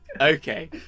Okay